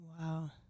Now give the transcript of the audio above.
Wow